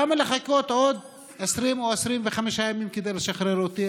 למה לחכות עוד 20 או 25 ימים כדי לשחרר אותי?